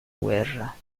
guerra